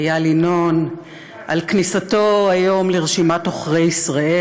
איל ינון על כניסתו היום לרשימת עוכרי ישראל.